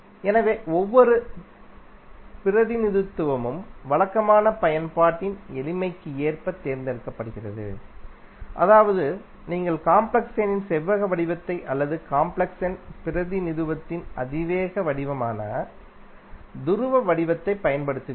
எனவே ஒவ்வொரு பிரதிநிதித்துவமும் வழக்கமாக பயன்பாட்டின் எளிமைக்கு ஏற்ப தேர்ந்தெடுக்கப்படுகிறது அதாவது நீங்கள் காம்ப்ளெக்ஸ் எண்ணின் செவ்வக வடிவத்தை அல்லது காம்ப்ளெக்ஸ் எண் பிரதிநிதித்துவத்தின் அதிவேக வடிவமான துருவ வடிவத்தைப் பயன்படுத்துவீர்கள்